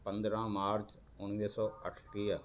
पंद्रहं मार्च उणिवीह सौ अठटीह